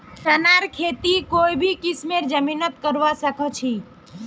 चनार खेती कोई भी किस्मेर जमीनत करवा सखछी